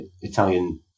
Italian